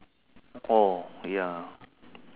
oh ya